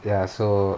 ya so